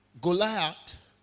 Goliath